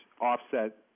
offset